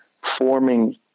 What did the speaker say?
forming